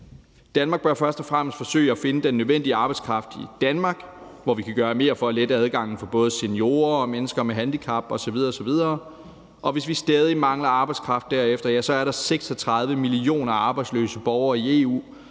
Danmark bør først og fremmest forsøge at finde den nødvendige arbejdskraft i Danmark, hvor vi kan gøre mere for at lette adgangen for seniorer, mennesker med handicap osv. osv., og hvis vi stadig mangler arbejdskraft derefter, er der 36 millioner arbejdsløse borgere i EU,